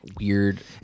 weird